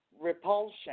repulsion